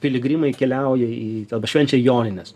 piligrimai keliauja į švenčia jonines